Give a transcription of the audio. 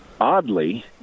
oddly